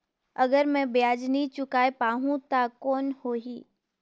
अगर मै ब्याज नी चुकाय पाहुं ता कौन हो ही?